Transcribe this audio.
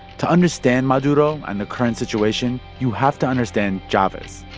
to understand maduro and the current situation, you have to understand chavez.